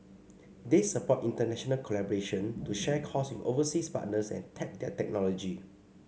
they support international collaboration to share costs with overseas partners and tap their technology